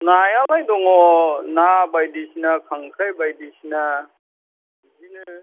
नायालाय दङ ना बायदिसिना खांख्राइ बायदिसिना बिदिनो